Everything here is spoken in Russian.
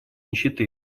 нищеты